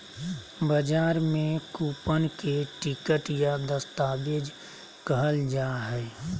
बजार में कूपन के टिकट या दस्तावेज कहल जा हइ